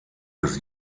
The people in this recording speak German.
des